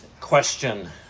question